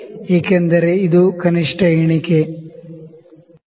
ಏಕೆಂದರೆ ಇದು least count